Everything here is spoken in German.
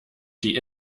die